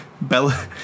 Bella